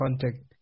contact